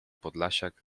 podlasiak